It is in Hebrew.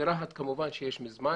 ברהט כמובן יש מזמן.